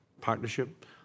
partnership